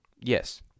Yes